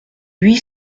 huit